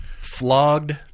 flogged